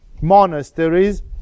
monasteries